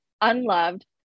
unloved